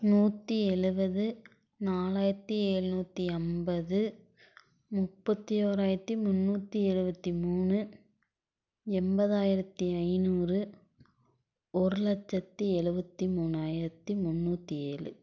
நூற்றி எழுபது நாலாயிரத்தி ஏழுநூத்தி எண்பது முப்பத்தி ஒராயிரத்தி முந்நூற்றி எழுபத்தி மூணு எண்பதாயிரத்தி ஐநூறு ஒரு லட்சத்தி எழுபத்தி மூணாயிரத்தி முந்நூற்றி ஏழு